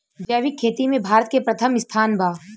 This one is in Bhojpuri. जैविक खेती में भारत के प्रथम स्थान बा